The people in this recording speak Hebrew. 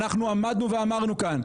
אנחנו עמדנו ואמרנו כאן,